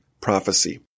prophecy